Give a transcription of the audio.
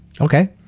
Okay